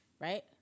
right